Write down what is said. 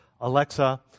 Alexa